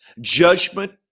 judgment